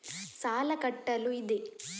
ಸಾಲ ಕಟ್ಟಲು ಇದೆ